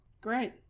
Great